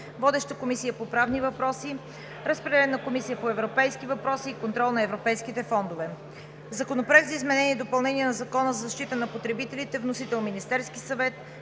Водеща е Комисията по правни въпроси. Разпределен е на Комисията по европейските въпроси и контрол на европейските фондове. Законопроект за изменение и допълнение на Закона за защита на потребителите. Вносител е Министерският съвет.